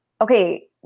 okay